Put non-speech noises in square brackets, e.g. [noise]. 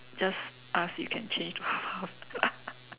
just ask if can change to half half [laughs]